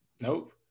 Nope